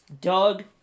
Doug